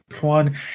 one